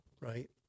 right